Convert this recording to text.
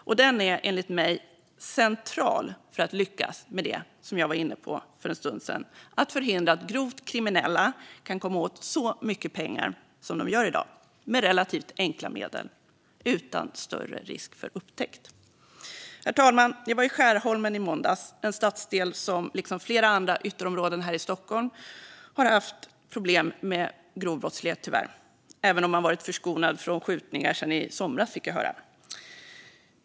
Och den är, enligt mig, central för att lyckas med det som jag var inne på för en stund sedan, nämligen att förhindra att grovt kriminella kan komma åt så mycket pengar som de gör i dag med relativt enkla medel och utan större risk för upptäckt. Herr talman! Jag var i Skärholmen i måndags. Det är en stadsdel som, liksom flera andra ytterområden här i Stockholm, tyvärr har haft problem med grov brottslighet, även om man har varit förskonad från skjutningar sedan i somras, fick jag höra.